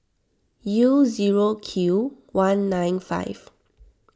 U zero Q one nine five